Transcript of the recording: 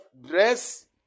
dress